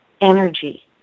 energy